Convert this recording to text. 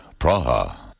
Praha